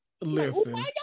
Listen